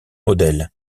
modèles